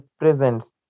presence